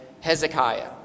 Hezekiah